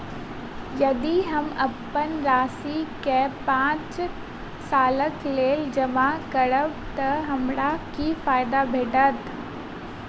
यदि हम अप्पन राशि केँ पांच सालक लेल जमा करब तऽ हमरा की फायदा भेटत?